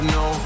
no